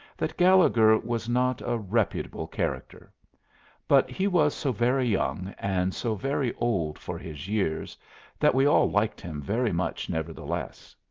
that gallegher was not a reputable character but he was so very young and so very old for his years that we all liked him very much nevertheless.